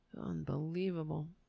Unbelievable